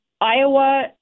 Iowa –